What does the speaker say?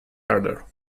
harder